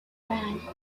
bang